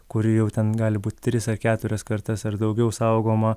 kuri jau ten gali būt tris ar keturias kartas ar daugiau saugoma